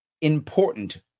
important